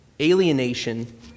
alienation